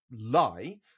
lie